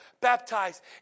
baptized